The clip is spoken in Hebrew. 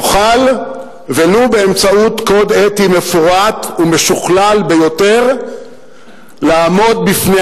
תוכל ולו באמצעות קוד אתי מפורט ומשוכלל ביותר לעמוד בפני